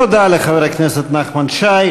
תודה לחבר הכנסת נחמן שי.